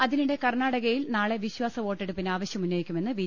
അതിനിടെ കർണ്ണാടകയിൽ നാളെ വിശ്വാസവോട്ടെടുപ്പിന് ആവശ്യമുന്നയിക്കുമെന്ന് ബി